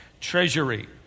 Treasury